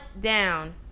down